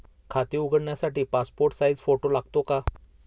खाते उघडण्यासाठी passport size photo लागतो का?